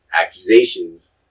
accusations